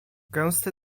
gęsty